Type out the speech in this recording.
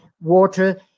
water